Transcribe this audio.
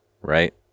right